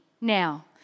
now